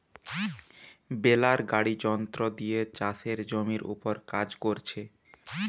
বেলার গাড়ি যন্ত্র দিয়ে চাষের জমির উপর কাজ কোরছে